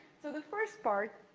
so, the first part,